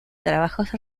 trabajos